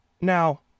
Now